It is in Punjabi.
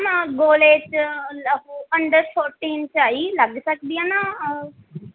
ਮੈਮ ਗੋਲੇ 'ਚ ਉਹ ਅੰਡਰ ਫੋਟੀਨ 'ਚ ਆ ਜੀ ਲੱਗ ਸਕਦੀ ਆ ਨਾ ਉਹ